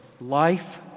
life